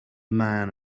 man